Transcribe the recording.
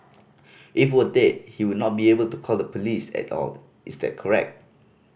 if were dead he would not be able to call the police at all is that correct